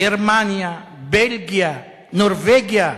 גרמניה, בלגיה, נורבגיה.